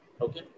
okay